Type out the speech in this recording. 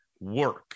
work